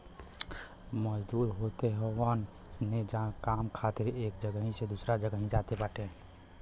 मजदूर होत हवन जे काम खातिर एक जगही से दूसरा जगही जात बाटे